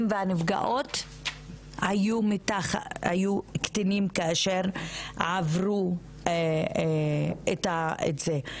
והנפגעות היו קטינים כאשר עברו את זה.